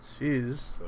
Jeez